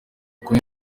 kuri